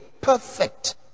perfect